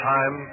Time